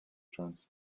turns